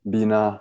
Bina